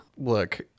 Look